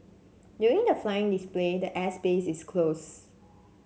during the flying display the air space is closed